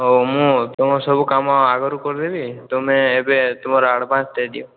ହେଉ ମୁଁ ତୁମ ସବୁ କାମ ଆଗରୁ କରିଦେବି ତୁମେ ଏବେ ତୁମର ଆଡ଼ଭାନ୍ସ ଦେଇଦିଅ